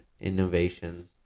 innovations